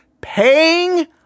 paying